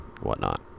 whatnot